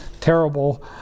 Terrible